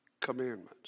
commandments